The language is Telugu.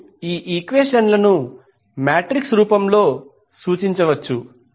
మీరు ఈ ఈక్వెషన్ ను మాట్రిక్స్ రూపంలో సూచించవచ్చు